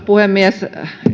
puhemies